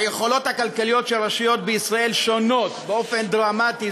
היכולות הכלכליות של רשויות בישראל שונות באופן דרמטי,